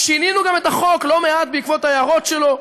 שינינו גם את החוק, לא מעט בעקבות ההערות שלו.